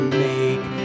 make